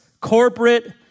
corporate